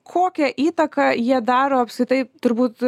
kokią įtaką jie daro apskritai turbūt